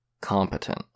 competent